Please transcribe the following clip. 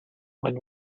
when